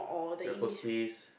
Raffles-Place